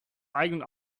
eigenen